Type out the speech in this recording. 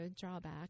drawback